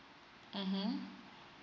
mmhmm